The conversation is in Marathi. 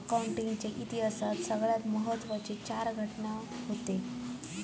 अकाउंटिंग च्या इतिहासात सगळ्यात महत्त्वाचे चार घटना हूते